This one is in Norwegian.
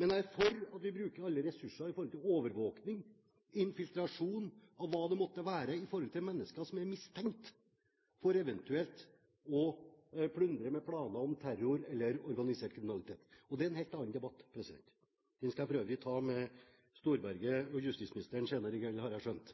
Men jeg er for at vi bruker alle ressurser til overvåkning, infiltrasjon og hva det måtte være når det gjelder mennesker som er mistenkt for eventuelt å plundre med planer om terror eller organisert kriminalitet. Det er en helt annen debatt. Den skal jeg for øvrig ta med justisminister Storberget senere i kveld, har jeg skjønt.